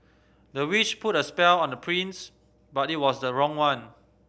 the witch put a spell on the prince but it was the wrong one